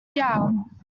iawn